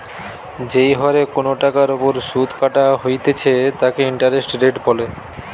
যেই হরে কোনো টাকার ওপর শুধ কাটা হইতেছে তাকে ইন্টারেস্ট রেট বলে